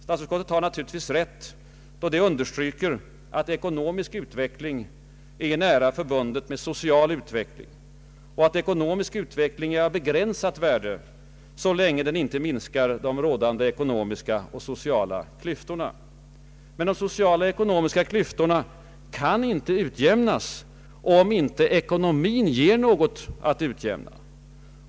Statsutskottet har naturligtvis rätt då det understryker att ekonomisk utveckling är nära förbunden med social utveckling och att ekonomisk utveckling är av begränsat värde så länge den inte minskar rådande ekonomiska och sociala klyftor. Men de sociala och ekonomiska klyftorna kan inte utjämnas om icke ekonomin ger något att utjämna.